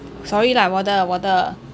sorry lah 我的我的